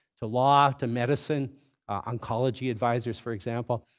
to law, to medicine oncology advisors, for example.